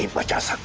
let us